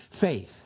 faith